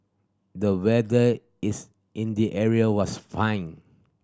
the weather is in the area was fine